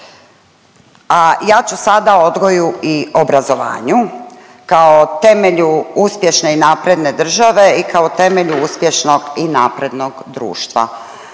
ja ću sada o odgoju i obrazovanju kao temelju uspješne i napredne države i kao temelju uspješnog i naprednog društva.